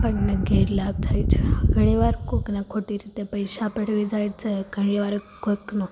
આપણને ગેરલાભ થાય છે ઘણી વાર કોઈકને ખોટી રીતે પૈસા પડાવી જાય છે ઘણી વાર કોઈકનો